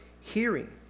hearing